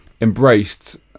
embraced